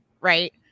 right